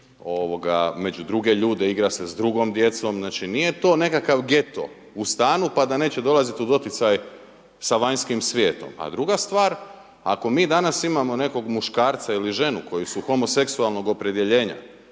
među druge ljude, igra se s drugom djecom, znači, nije to nekakav geto u stanu, pa da neće dolaziti u doticaj sa vanjskim svijetom. A druga stvar, ako mi danas imamo nekog muškarca ili ženu kojeg su homoseksualnog opredjeljenja,